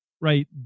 right